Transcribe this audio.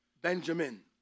Benjamin